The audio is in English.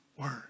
word